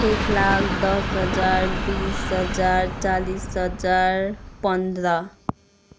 एक लाख दस हजार बिस हजार चालिस हजार पन्ध्र